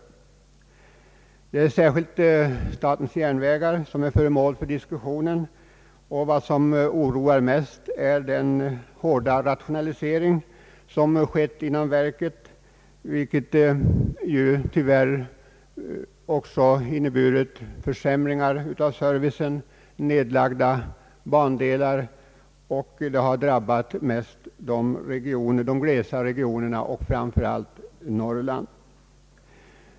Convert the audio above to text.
Särskilt statens järnvägar är föremål för diskussion. Vad som mest oroar är den hårda rationalisering som har skett inom verket och som tyvärr också har inneburit försämringar av servicen och nedlagda bandelar, vilket framför allt har drabbat de glesbebyggda regionerna och Norrland.